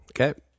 Okay